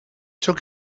took